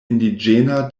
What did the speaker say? indiĝena